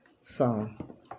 song